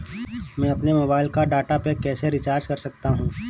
मैं अपने मोबाइल का डाटा पैक कैसे रीचार्ज कर सकता हूँ?